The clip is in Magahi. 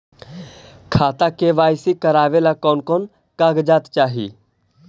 खाता के के.वाई.सी करावेला कौन कौन कागजात चाही?